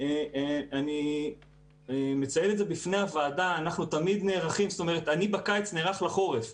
אני מציין בפני הוועדה שאני בקיץ נערך לחורף,